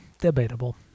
Debatable